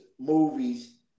movies